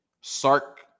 Sark